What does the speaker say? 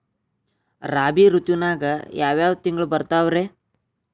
ರಾಬಿ ಋತುವಿನಾಗ ಯಾವ್ ಯಾವ್ ತಿಂಗಳು ಬರ್ತಾವ್ ರೇ?